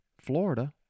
Florida